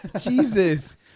Jesus